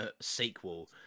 sequel